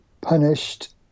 punished